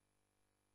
הסביבה.